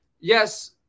yes